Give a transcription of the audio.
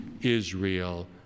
Israel